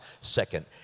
second